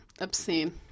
obscene